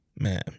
Man